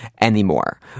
anymore